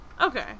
Okay